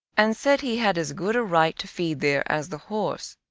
and said he had as good a right to feed there as the horse,